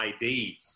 ID